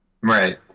Right